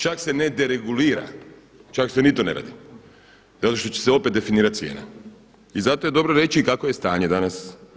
Čak se ne deregulira, čak se ni to ne radi zato što će se opet definirati cijena i zato je dobro reći i kakvo je stanje danas.